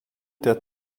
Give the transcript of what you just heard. der